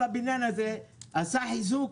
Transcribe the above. כל הבניין הזה עשה חיזוק,